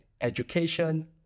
education